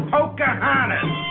Pocahontas